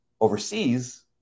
overseas